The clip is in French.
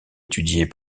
étudiés